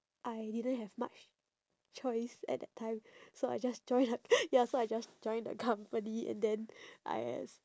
I didn't have much choice at that time so I just joined like ya so I just joined the company and then I asked